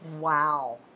Wow